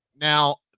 Now